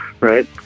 right